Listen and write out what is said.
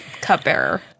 cupbearer